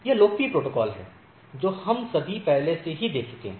ये लोकप्रिय प्रोटोकॉल हैं जो हम सभी पहले से ही देख चुके हैं